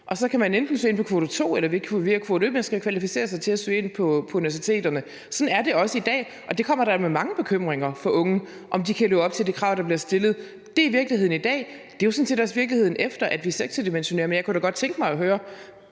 og så kan man enten søge ind på kvote 2, eller man kan via kvoterne kvalificere sig til at søge ind på universiteterne. Sådan er det også i dag, og det kommer da med mange bekymringer for unge, altså om de kan leve op til de krav, der bliver stillet. Det er virkeligheden i dag, og det er sådan set også virkeligheden, efter at vi sektordimensionerer; men jeg kunne da godt tænke mig at høre